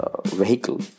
vehicle